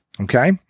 Okay